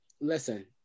Listen